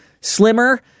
slimmer